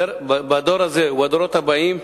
בדור הזה ובדורות הבאים.